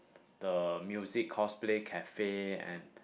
the music cosplay cafe and